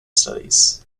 studies